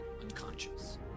unconscious